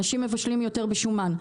אנשים מבשלים יותר בשומן,